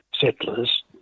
settlers